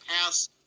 pass